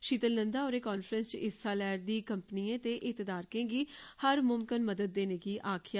शीतल नंदा होरे कांफ्रेंस च हिस्सा लै रदी कंपनिएं ते हित्तधारकें गी हर मुमकन मदद देने गी आक्खेआ